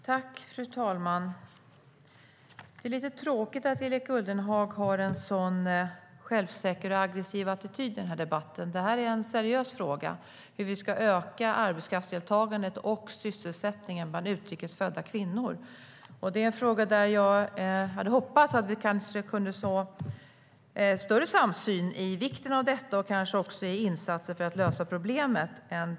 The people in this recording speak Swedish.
Fru talman! Det är lite tråkigt att Erik Ullenhag har en sådan självsäker och aggressiv attityd i den här debatten. Det här är en seriös fråga: Hur ska vi öka arbetskraftsdeltagandet och sysselsättningen bland utrikes födda kvinnor? Jag hade hoppats att vi kunde få en större samsyn om vikten av detta och kanske också när det gäller insatser för att lösa problemet.